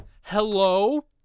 Hello